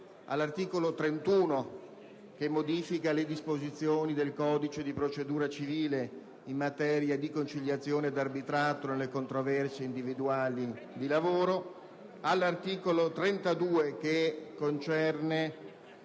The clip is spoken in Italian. all'articolo 31, che modifica le disposizioni del codice di procedura civile in materia di conciliazione e di arbitrato nelle controversie individuali di lavoro; all'articolo 32, che concerne